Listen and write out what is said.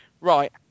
right